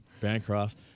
Bancroft